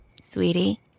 Sweetie